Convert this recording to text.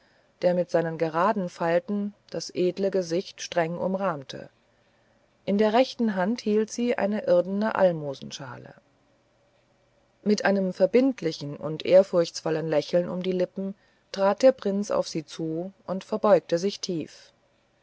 der mit seinen geraden falten das edle gesicht streng umrahmte in der rechten hand hielt sie eine irdene almosenschale mit einem verbindlichen und ehrfurchtsvollen lächeln um die lippen trat der prinz auf sie zu und verbeugte sich tief